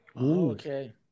Okay